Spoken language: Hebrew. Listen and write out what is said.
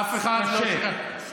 קשה.